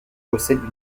possèdent